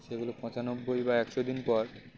সেগুলো পঁচানব্বই বা একশো দিন পর